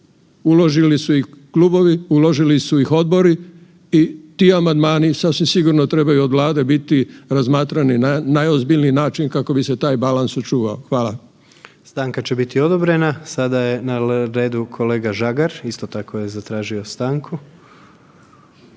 uložili su ih klubovi, uložili su ih odbori i ti amandmani sasvim sigurno trebaju od Vlade biti razmatrani na najozbiljniji način kako bi se taj balans sačuvao. Hvala. **Jandroković, Gordan (HDZ)** Stanka će biti odobrena. Sada je na redu kolega Žagar, isto tako je zatražio stanku.